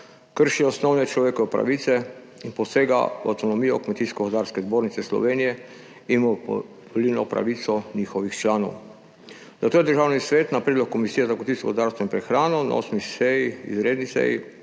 krši osnovne človekove pravice in posega v avtonomijo Kmetijsko gozdarske zbornice Slovenije in v volilno pravico njenih članov. Nato je Državni svet na predlog Komisije za kmetijstvo, gozdarstvo in prehrano na 8. izredni seji